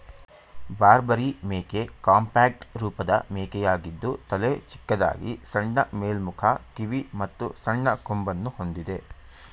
ಬಾರ್ಬರಿ ಮೇಕೆ ಕಾಂಪ್ಯಾಕ್ಟ್ ರೂಪದ ಮೇಕೆಯಾಗಿದ್ದು ತಲೆ ಚಿಕ್ಕದಾಗಿ ಸಣ್ಣ ಮೇಲ್ಮುಖ ಕಿವಿ ಮತ್ತು ಸಣ್ಣ ಕೊಂಬನ್ನು ಹೊಂದಿದೆ